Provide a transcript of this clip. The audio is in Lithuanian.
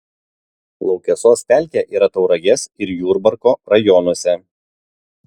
laukesos pelkė yra tauragės ir jurbarko rajonuose